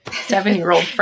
seven-year-old